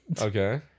okay